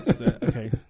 Okay